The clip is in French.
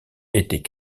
était